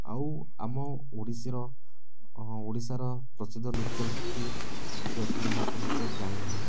ଆଉ ଆମ ଓଡ଼ିଶୀର ଓଡ଼ିଶାର ପ୍ରସିଦ୍ଧ ନୃତ୍ୟଶିଳ୍ପୀ କିଏ ଅଛନ୍ତି ମୁଁ ଏପର୍ଯ୍ୟନ୍ତ ଜାଣିନାହିଁ